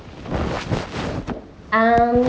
um